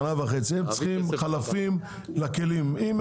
שנה וחצי הם צריכים חלפים לכלים,